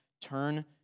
turn